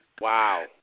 Wow